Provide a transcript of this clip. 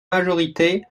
majorité